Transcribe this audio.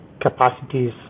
capacities